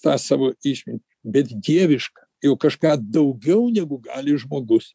tą savo išmintį bet dievišką jau kažką daugiau negu gali žmogus